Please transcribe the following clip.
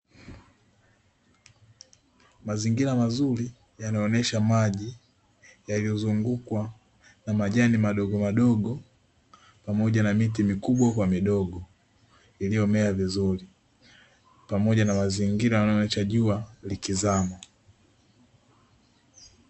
Mazingira mazuri yanaonyesha maji, yaliyozungukwa na majani madogomadogo pamoja na miti mikubwa kwa midogo iliyomea vizuri, pamoja na mazingira yanayoonesha jua likizama.